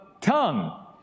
tongue